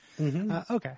Okay